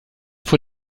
vor